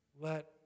Let